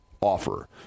offer